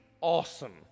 awesome